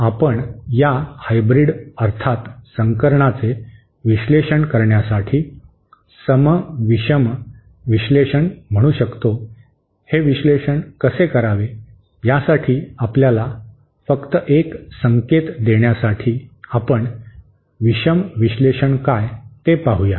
आता आपण या हायब्रीड अर्थात संकरणाचे विश्लेषण करण्यासाठी सम विषम विश्लेषण म्हणू शकतो हे विश्लेषण कसे करावे यासाठी आपल्याला फक्त एक संकेत देण्यासाठी आपण विषम विश्लेषण काय ते पाहूया